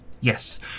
Yes